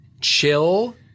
Chill